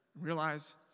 Realize